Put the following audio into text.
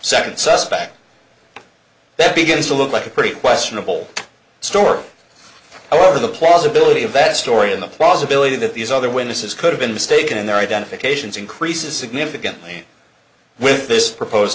second suspect that begins to look like a pretty questionable store or the possibility of that story in the possibility that these other witnesses could have been mistaken in their identifications increases significantly with this propose